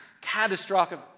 catastrophic